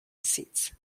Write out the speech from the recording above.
seats